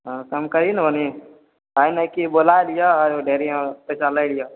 हँ कम करही ने कनी एहन नहि की बोलाए लिहऽ आओर ढ़ेरी पैसा लागि जाए